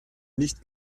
nicht